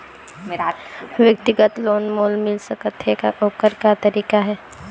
व्यक्तिगत लोन मोल मिल सकत हे का, ओकर का तरीका हे?